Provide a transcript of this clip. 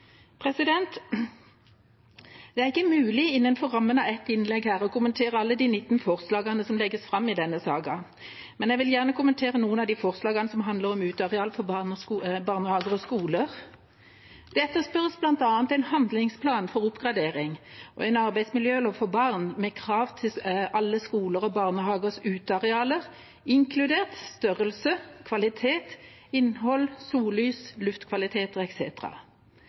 Det er ikke mulig innenfor rammene av ett innlegg her å kommentere alle de 20 forslagene som legges fram i denne saka, men jeg vil gjerne kommentere noen av de forslagene som handler om uteareal for barnehager og skoler. Det etterspørres bl.a. en handlingsplan for oppgradering og en arbeidsmiljølov for barn med krav til alle skoler og barnehagers utearealer, inkludert størrelse, kvalitet, innhold, sollys,